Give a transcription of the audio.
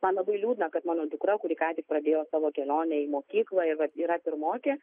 man labai liūdna kad mano dukra kuri ką tik pradėjo savo kelionę į mokyklą ir vat yra pirmokė